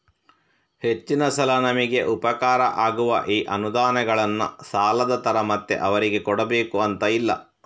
ಹೆಚ್ಚಿನ ಸಲ ನಮಿಗೆ ಉಪಕಾರ ಆಗುವ ಈ ಅನುದಾನಗಳನ್ನ ಸಾಲದ ತರ ಮತ್ತೆ ಅವರಿಗೆ ಕೊಡಬೇಕು ಅಂತ ಇಲ್ಲ